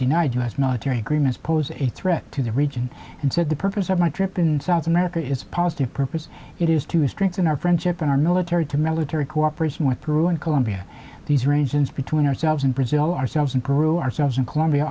denied u s military agreements pose a threat to the region and said the purpose of my trip in south america is positive purpose it is to strengthen our friendship and our military to military cooperation went through in colombia these arrangements between ourselves and brazil ourselves and grew ourselves in colombia